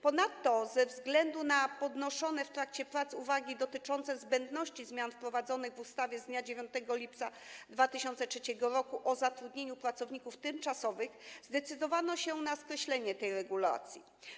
Ponadto ze względu na podnoszone w trakcie prac uwagi dotyczące zbędności zmian wprowadzonych w ustawie z dnia 9 lipca 2003 r. o zatrudnianiu pracowników tymczasowych zdecydowano się na skreślenie tej regulacji.